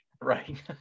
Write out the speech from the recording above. right